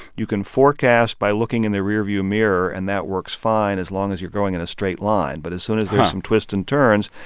you can forecast by looking in the rearview mirror, and that works fine as long as you're going in a straight line. but as soon as there are some twists and turns,